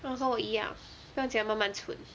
oh 跟我一样不用经 lah 慢慢存